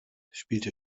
spielte